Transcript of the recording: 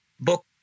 book